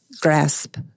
grasp